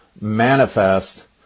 manifest